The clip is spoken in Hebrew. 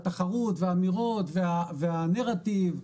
התחרות והאמירות והנרטיב,